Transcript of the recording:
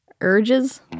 urges